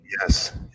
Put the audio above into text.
yes